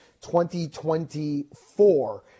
2024